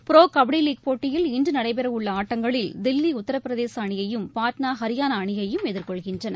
Pro Kabaddi League போட்டியில் இன்றுநடைபெறவுள்ளஆட்டங்களில் தில்லி உத்தரப்பிரதேசஅணியையும் பாட்னா ஹரியானாஅணியையும் எதிர்கொள்கின்றன